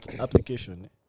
application